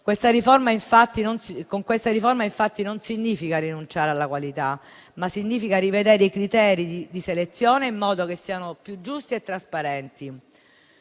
Questa riforma, infatti, significa non rinunciare alla qualità, ma rivedere i criteri di selezione, in modo che siano più giusti e trasparenti.